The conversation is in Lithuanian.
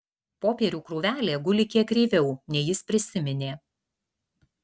popierių krūvelė guli kiek kreiviau nei jis prisiminė